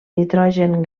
nitrogen